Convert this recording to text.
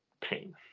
pain